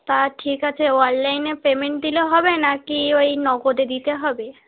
তা ঠিক আছে অললাইনে পেমেন্ট দিলে হবে নাকি ওই নগদে দিতে হবে